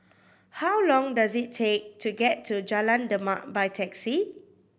how long does it take to get to Jalan Demak by taxi